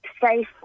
safe